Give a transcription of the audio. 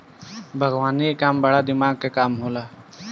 बागवानी के काम बड़ा दिमाग के काम होला